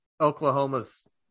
Oklahoma's